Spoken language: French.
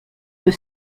que